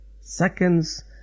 Seconds